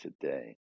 today